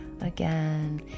Again